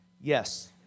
yes